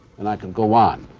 and i can go on.